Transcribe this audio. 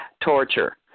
torture